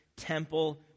temple